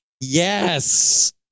yes